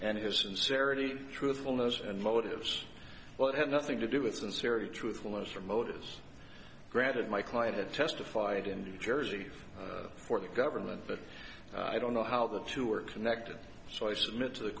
and his sincerity truthfulness and motives well it had nothing to do with sincerity truthfulness or motives granted my client had testified in new jersey for the government but i don't know how the two are connected so i submit to the